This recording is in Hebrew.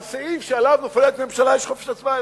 על סעיף שעליו נופלת ממשלה יש חופש הצבעה.